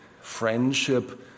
friendship